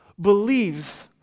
believes